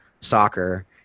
soccer